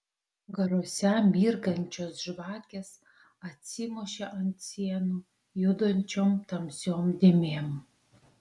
garuose mirgančios žvakės atsimušė ant sienų judančiom tamsiom dėmėm